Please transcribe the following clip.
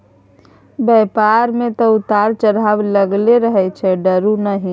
बेपार मे तँ उतार चढ़ाव लागलै रहैत छै डरु नहि